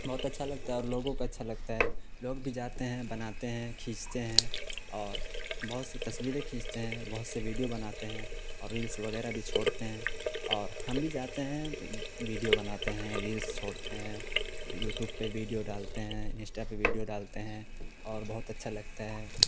بہت اچھا لگتا ہے اور لوگوں کو اچھا لگتا ہے لوگ بھی جاتے ہیں بناتے ہیں کھینچتے ہیں اور بہت سی تصویریں کھینچتے ہیں بہت سے ویڈیو بناتے ہیں اور ریلس وغیرہ بھی چھوڑتے ہیں اور ہم بھی جاتے ہیں ویڈیو بناتے ہیں ریلس چھوڑتے ہیں یو ٹیوب پہ ویڈیو ڈالتے ہیں انسٹا پہ ویڈیو ڈالتے ہیں اور بہت اچھا لگتا ہے